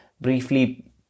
briefly